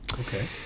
okay